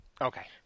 Okay